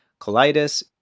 colitis